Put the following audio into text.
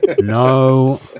No